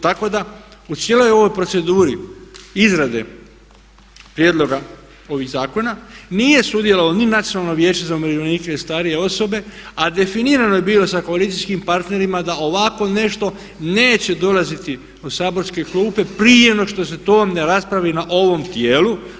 Tako da u cijeloj ovoj proceduri izrade prijedloga ovih zakona nije sudjelovalo ni Nacionalno vijeće za umirovljenike i starije osobe a definirano je bilo sa koalicijskim partnerima da ovako nešto neće dolaziti u saborske klupe prije no što se to ne raspravi na ovom tijelu.